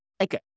Okay